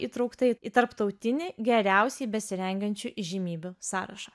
įtraukta į tarptautinį geriausiai besirengiančių įžymybių sąrašą